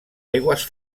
aigües